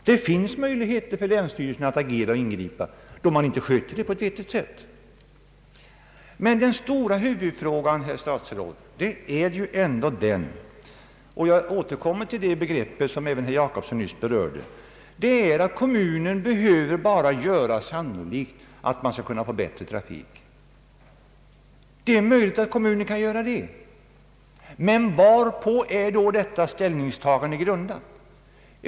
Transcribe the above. Det finns möjligheter för länsstyrelserna att agera och ingripa då företagen inte sköts på ett vettigt sätt. Men, herr statsråd, huvudfrågan är ändå — jag återkommer till det begrepp som herr Gösta Jacobsson nyss berörde — att kommunen endast behöver göra sannolikt att den skall kunna erbjuda bättre trafik. Det är möjligt att en kommun kan göra det, men varpå är då ett sådant ställningstagande grundat?